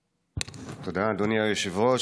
תודה, אדוני היושב-ראש.